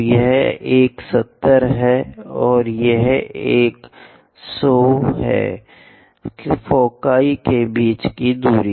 तो यह एक 70 है और यह एक 100 है फोकी के बीच की दूरी